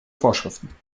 vorschriften